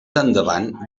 endavant